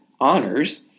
honors